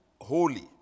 holy